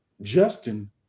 Justin